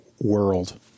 world